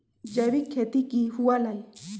जैविक खेती की हुआ लाई?